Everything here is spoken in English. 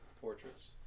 portraits